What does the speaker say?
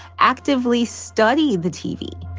actively study the tv